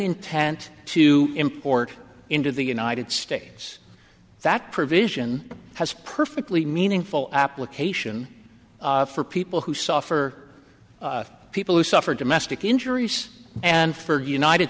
intent to import into the united states that provision has perfectly meaningful application for people who suffer people who suffer domestic injuries and for united